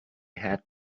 had